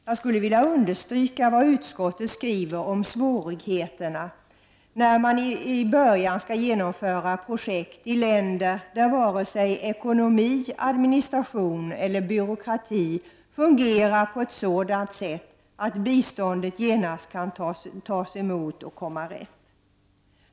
Jag skulle vilja understryka vad utskottet skriver om de svårigheter som uppträder när man börjar genomföra projekt i länder, där varken ekonomi, administration eller byråkrati fungerar på ett sådant sätt att biståndet kan tas emot och komma rätt.